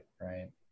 right